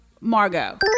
Margot